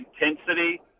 intensity